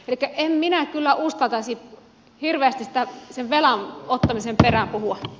elikkä en minä kyllä uskaltaisi hirveästi sen velan ottamisen perään puhua